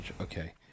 Okay